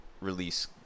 release